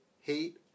hate